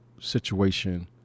situation